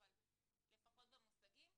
אבל לפחות במושגים,